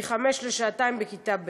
ומחמש שעות לשעתיים בכיתה ב'.